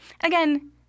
Again